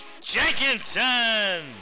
Jenkinson